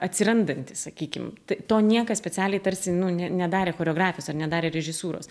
atsirandantys sakykim to niekas specialiai tarsi nu ne nedarė choreografijos ar nedarė režisūros